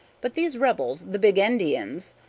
but these rebels, the bigendians,